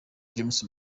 james